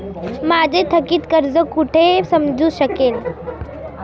माझे थकीत कर्ज कुठे समजू शकेल?